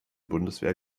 bundeswehr